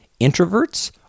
Introverts